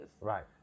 right